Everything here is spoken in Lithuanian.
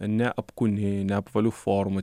neapkūni neapvalių formų